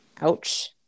Ouch